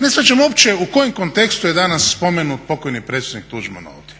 ne shvaćam uopće u kojem kontekstu je danas spomenut pokojni predsjednik Tuđman ovdje?